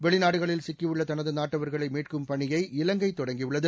வெளிநாடுகளில் சிக்கியுள்ள தனது நாட்டவர்களை மீட்கும் பணியை இவங்கை தொடங்கியுள்ளது